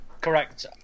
Correct